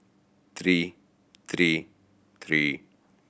three three three